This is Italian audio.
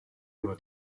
uno